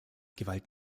gewalt